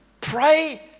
pray